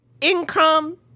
income